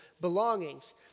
belongings